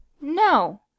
no